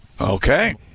Okay